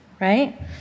right